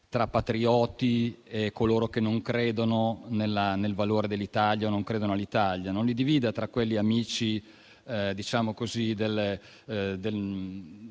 tra patrioti e coloro che non credono nel valore dell'Italia o non credono all'Italia; non li divida tra quelli amici della